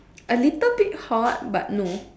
a little bit hot but no